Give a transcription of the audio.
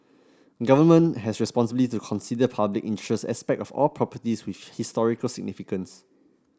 government has responsibility to consider public interest aspect of all properties with historical significance